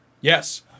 Yes